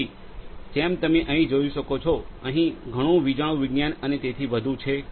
તેથી જેમ તમે અહીં જોઈ શકો છો અહીં ઘણું વીજાણુવિજ્ઞાન અને તેથી વધુ છે